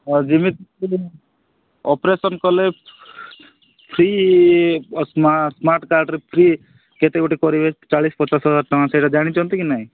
ହଁ ଯେମିତି ଅପରେସନ୍ କଲେ ଫ୍ରି ସ୍ମାର୍ଟ ସ୍ମାର୍ଟ କାର୍ଡ଼ରେ ଫ୍ରି କେତେଗୋଟି କରିବେ ଚାଳିଶ ପଚାଶ ହଜାର ଟଙ୍କା ସେଇଟା ଜାଣିଛନ୍ତି କି ନାହିଁ